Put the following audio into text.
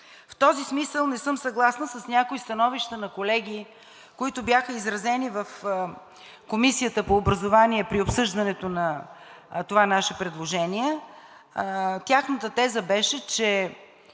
В този смисъл не съм съгласна с някои становища на колеги, които бяха изразени в Комисията по образование при обсъждането на това наше предложение. Тяхната теза беше, че